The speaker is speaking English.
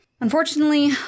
Unfortunately